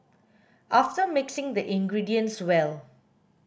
after mixing the ingredients well